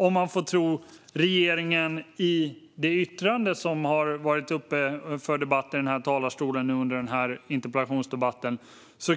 Om man får tro regeringen i det yttrande som har varit uppe till debatt här i talarstolen under den här interpellationsdebatten